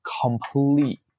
complete